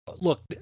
look